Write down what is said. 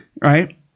right